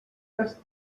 les